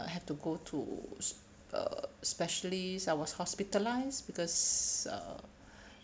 I have to go to uh specialists I was hospitalized because uh